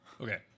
Okay